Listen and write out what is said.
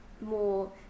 more